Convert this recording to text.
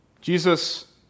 Jesus